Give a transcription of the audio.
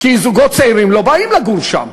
כי זוגות צעירים לא באים לגור שם.